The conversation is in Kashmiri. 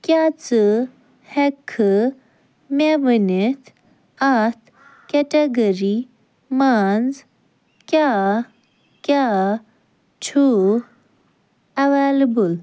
کیٛاہ ژٕ ہیٚکہٕ کھہٕ مےٚ ؤنِتھ اَتھ کیٚٹگٔری منٛز کیٛاہ کیٛاہ چھُ ایٚویلیبٕل